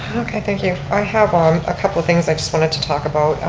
okay thank you. i have um a couple things i just wanted to talk about.